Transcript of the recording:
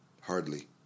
Hardly